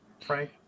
frank